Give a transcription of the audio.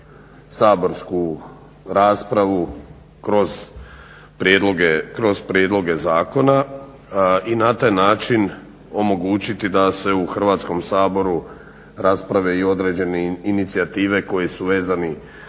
saborsku raspravu kroz prijedloge zakona i na taj način omogućiti da se u Hrvatskom saboru rasprave i određene inicijative koje su vezane